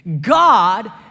God